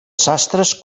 sastres